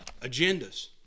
agendas